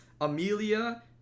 Amelia